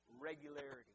regularity